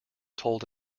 told